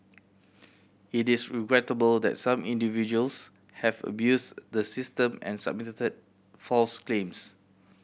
it is regrettable that some individuals have abused the system and submitted false claims